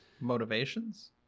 Motivations